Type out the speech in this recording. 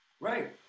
Right